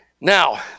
Now